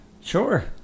Sure